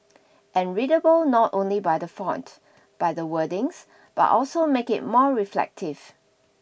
and readable not only by the font by the wordings but also make it more reflective